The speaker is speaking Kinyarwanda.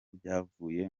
byavuye